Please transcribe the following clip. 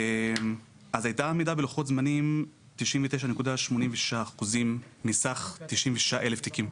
הייתה עמידה בלוחות זמנים של 99.86% מסך 96,000 תיקים.